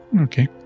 Okay